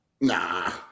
Nah